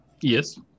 yes